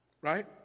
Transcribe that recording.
right